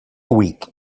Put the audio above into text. week